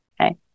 okay